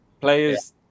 players